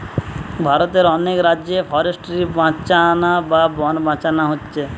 ভারতের অনেক রাজ্যে ফরেস্ট্রি বাঁচানা বা বন বাঁচানা হচ্ছে